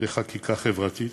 בחקיקה חברתית.